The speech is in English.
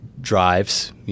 Drives